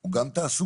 הוא גם תעסוקה